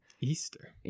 Easter